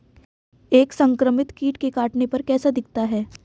एक संक्रमित कीट के काटने पर कैसा दिखता है?